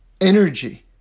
energy